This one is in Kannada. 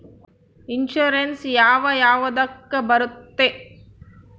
ಇನ್ಶೂರೆನ್ಸ್ ಯಾವ ಯಾವುದಕ್ಕ ಬರುತ್ತೆ?